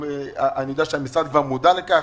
אני יודע שהמשרד כבר מודע לכך.